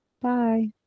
Bye